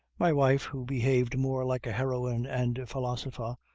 my wife, who behaved more like a heroine and philosopher,